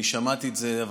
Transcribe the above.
אני שמעתי את זה.